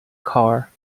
car